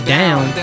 down